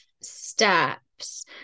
steps